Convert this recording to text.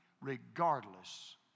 regardless